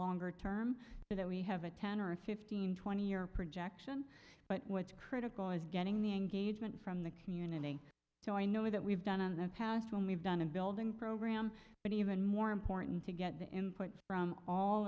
longer term that we have a ten or fifteen twenty year projection but what's critical is getting the engagement from the community so i know that we've done in the past when we've done and building program but even more important to get the input from all